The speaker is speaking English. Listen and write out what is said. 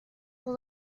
for